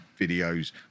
videos